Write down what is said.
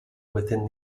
within